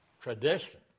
tradition